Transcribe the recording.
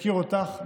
מכיר אותך,